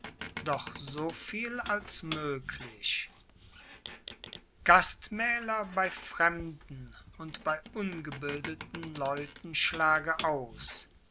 doch so viel als möglich xii gastmähler bei fremden und bei ungebildeten leuten schlage aus